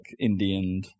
Indian